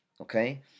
Okay